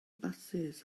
basys